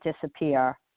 disappear